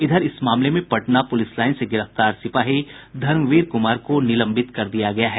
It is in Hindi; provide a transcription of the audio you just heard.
इधर इस मामले में पटना पुलिस लाईन से गिरफ्तार सिपाही धर्मवीर कुमार को निलंबित कर दिया गया है